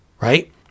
right